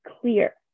clear